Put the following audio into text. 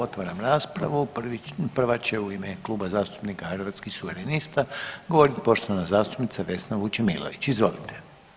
Otvaram raspravu i prava će u ime Kluba zastupnika Hrvatskih suverenista govoriti poštovana zastupnica Vesna Vučemilović, izvolite.